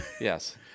Yes